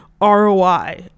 ROI